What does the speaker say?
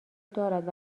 دارد